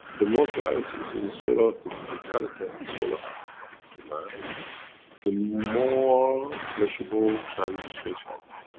the more clarity between the soul of the physicality and the soul ah of the man the more pleasurable transition shall be.